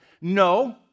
No